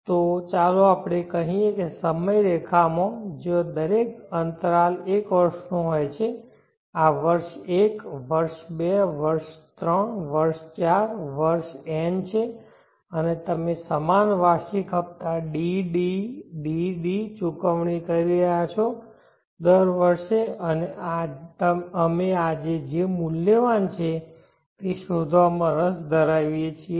તો ચાલો આપણે કહીએ કે આ સમયરેખામાં જ્યાં દરેક અંતરાલ એક વર્ષનો હોય છે આ વર્ષ 1 વર્ષ 2 વર્ષ 3 વર્ષ 4 વર્ષ n છે અને તમે સમાન વાર્ષિક હપ્તા D D D D ચૂકવણી કરી રહ્યાં છો દર વર્ષે અને અમે આજે જે મૂલ્યવાન છે તે શોધવા માં રસ ધરાવતા હોઈએ છીએ